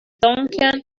tonkean